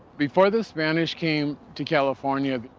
before the spanish came to california,